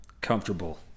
comfortable